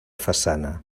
façana